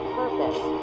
purpose